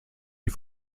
die